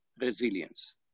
resilience